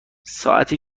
ساعتی